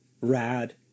rad